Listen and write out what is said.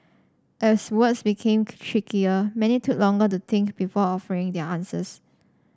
as words became trickier many took longer to think before offering their answers